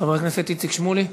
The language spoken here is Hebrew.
חבר הכנסת איציק שמולי.